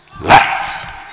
light